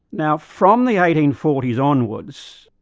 now from the eighteen forty s onwards,